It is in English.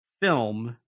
film